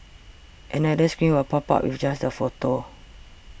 another screen will pop up with just the photo